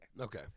Okay